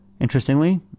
Interestingly